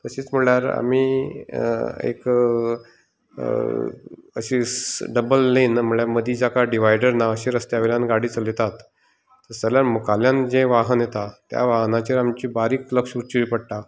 तशेंच म्हणल्यार आमी एक अशीच डबल लेन म्हणल्यार मदीं जाका डिवायडर ना अशा रस्त्या वयल्यान गाडी चलयतात तश जाल्यार मुखावयल्यान जें वाहन येता त्या वाहनाचेर आमचें बारीक लक्ष वचचें पडटा